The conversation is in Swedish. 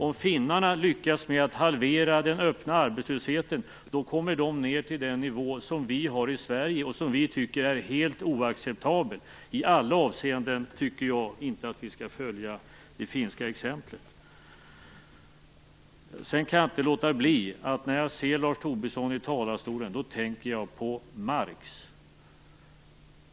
Om finländarna lyckas halvera den öppna arbetslösheten kommer de ned till den nivå som vi har i Sverige och som vi tycker är helt oacceptabel. Jag tycker inte att vi skall följa det finska exemplet i alla avseenden. Sedan kan jag inte, när jag ser Lars Tobisson i talarstolen, låta bli att tänka på Marx.